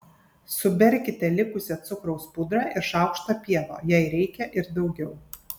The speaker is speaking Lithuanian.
suberkite likusią cukraus pudrą ir šaukštą pieno jei reikia ir daugiau